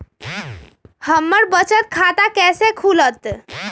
हमर बचत खाता कैसे खुलत?